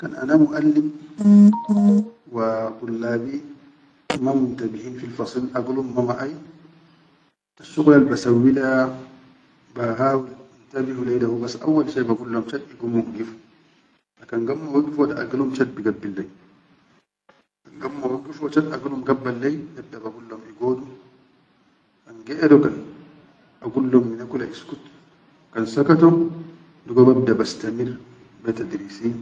Kan ana muʼallim wa dullabi ma muntabihin fil fasil agulum ma maʼai asshuqulal basawwi le ba hawil le intabuhu lai da hubas awwal shai bagul lom chat igummu igifu, ha kan gammo wigifo da agilum chat biigabbil lai dadda bagullom igodu, kan gedo kan bagul lom mine kula iskut, kan sakato dugo babda bastamir be.